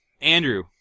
Andrew